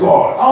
God